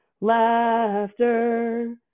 laughter